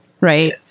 Right